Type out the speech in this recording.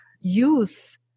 use